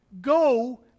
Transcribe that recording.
Go